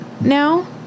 now